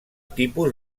tipus